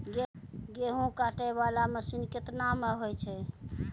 गेहूँ काटै वाला मसीन केतना मे होय छै?